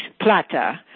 Plata